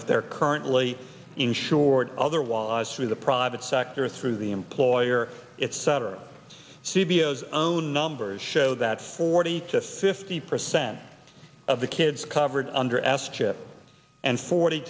if they're currently insured otherwise through the private sector through the employer it cetera c b s own numbers show that forty to fifty percent of the kids covered under ass chip and forty